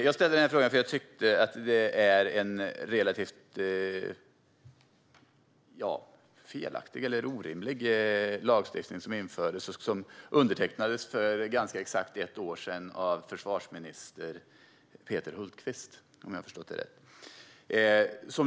Jag ställde frågan därför att jag tycker att det är en felaktig eller orimlig lagstiftning som infördes och undertecknades för ganska exakt ett år sedan av försvarsminister Peter Hultqvist, om jag förstått det rätt.